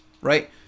right